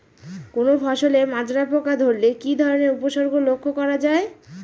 কোনো ফসলে মাজরা পোকা ধরলে কি ধরণের উপসর্গ লক্ষ্য করা যায়?